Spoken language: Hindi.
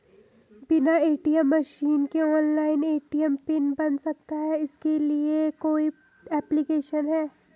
बिना ए.टी.एम मशीन के ऑनलाइन ए.टी.एम पिन बन सकता है इसके लिए कोई ऐप्लिकेशन है?